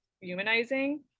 humanizing